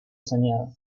soñado